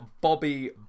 Bobby